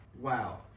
Wow